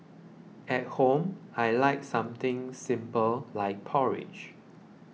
at home I like something simple like porridge